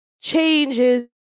changes